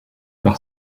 par